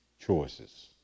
choices